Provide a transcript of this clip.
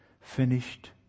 finished